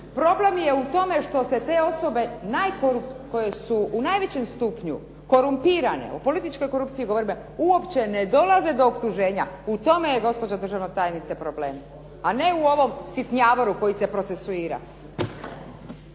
Problem je u tome što se te osobe koje su u najvećem stupnju korumpirane, o političkoj korupciji govorim, uopće ne dolaze do optuženja. U tome je gospođo državna tajnice problem a ne u ovom sitnjavoru koji se procesuira.